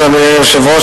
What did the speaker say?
אדוני היושב-ראש,